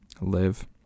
live